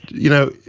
you know,